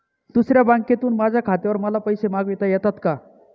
दुसऱ्या बँकेतून माझ्या खात्यावर मला पैसे मागविता येतात का?